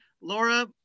laura